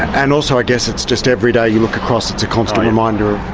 and also i guess it's just everyday you look across it's a constant reminder,